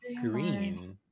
green